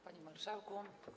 Panie Marszałku!